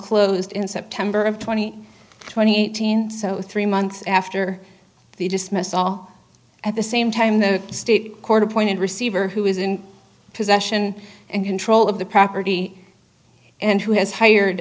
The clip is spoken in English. closed in september of twenty twenty eight thousand so three months after the dismiss all at the same time the state court appointed receiver who is in possession and control of the property and who has hired